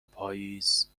پاییز